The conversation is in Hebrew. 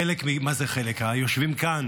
---- חבריי מפורום תקווה, שיושבים כאן